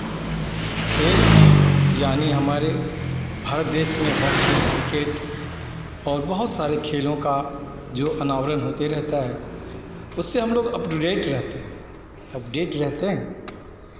खेल यानि हमारे भारत देश में हॉकी क्रिकेट और बहुत सारे खेलों का जो अनावरण होते रहता है उससे हमलोग अप टू डेट रहते हैं अपडेट रहते हैं